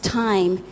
time